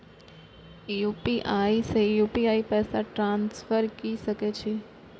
UPI से UPI पैसा transfer की सके छी?